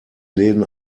läden